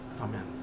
Amen